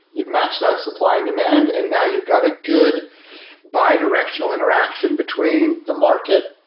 you've matched that supply and demand and now you've got a good bidirectional interaction between the market.